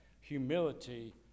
humility